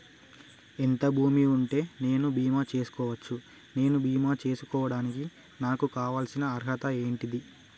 ఎంత భూమి ఉంటే నేను బీమా చేసుకోవచ్చు? నేను బీమా చేసుకోవడానికి నాకు కావాల్సిన అర్హత ఏంటిది?